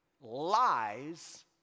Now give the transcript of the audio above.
lies